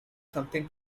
something